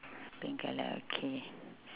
pink colour okay